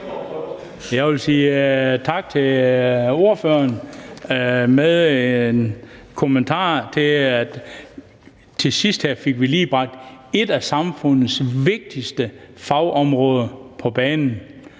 Jeg vil sige tak til ordføreren med en kommentar, nemlig at vi her til sidst fik bragt et af samfundets vigtigste fagområder på banen,